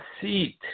seat